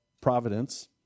providence